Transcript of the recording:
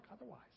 otherwise